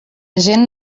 gent